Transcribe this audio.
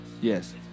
Yes